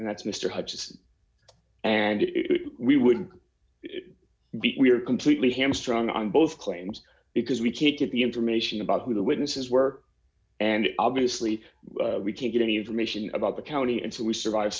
and that's mr hutchison and it we would be we are completely hamstrung on both claims because we can't get the information about who the witnesses were and obviously we can't get any information about the county and so we survive